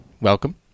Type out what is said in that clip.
Welcome